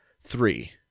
Three